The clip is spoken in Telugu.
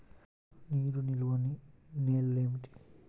నీరు నిలువని నేలలు ఏమిటి?